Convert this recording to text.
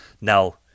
Now